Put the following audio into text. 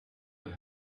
that